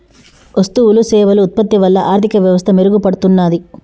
వస్తువులు సేవలు ఉత్పత్తి వల్ల ఆర్థిక వ్యవస్థ మెరుగుపడుతున్నాది